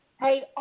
Hey